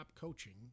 coaching